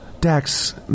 Dax